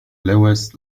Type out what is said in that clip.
lewes